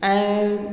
ऐं